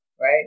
right